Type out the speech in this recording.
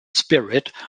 spirit